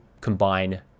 combine